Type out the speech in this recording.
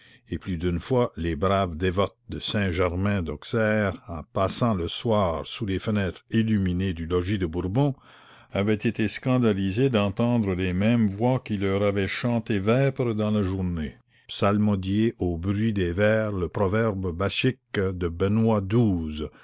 et plus d'une fois les braves dévotes de saint-germain d'auxerre en passant le soir sous les fenêtres illuminées du logis de bourbon avaient été scandalisées d'entendre les mêmes voix qui leur avaient chanté vêpres dans la journée psalmodier au bruit des verres le proverbe bachique de benoît